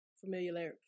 familiarity